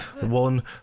one